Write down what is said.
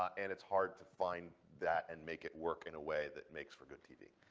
um and it's hard to find that and make it work in a way that makes for good tv.